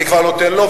אני כבר נותן לו,